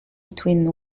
between